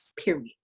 Period